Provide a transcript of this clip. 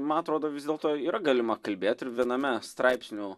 man atrodo vis dėlto yra galima kalbėt ir viename straipsnių